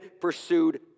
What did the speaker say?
pursued